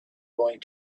going